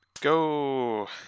Go